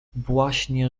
właśnie